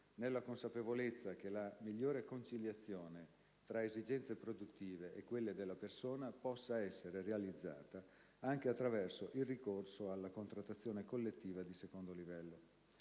nella consapevolezza che la migliore conciliazione tra esigenze produttive e quelle delle persone possa essere realizzata anche attraverso il ricorso alla contrattazione collettiva di secondo livello.